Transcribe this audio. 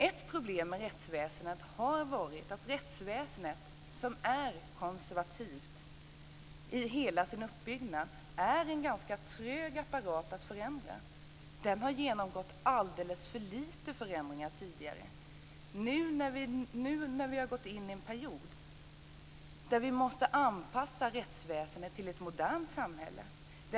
Ett problem har varit att rättsväsendet, som är konservativt i hela sin uppbyggnad, är en ganska trög apparat att förändra. Den har genomgått alldeles för lite förändringar tidigare. Nu måste vi anpassa rättsväsendet till ett modernt samhälle.